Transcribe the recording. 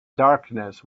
darkness